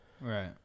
right